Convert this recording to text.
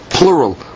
Plural